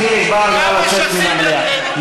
פיניתם יישובים,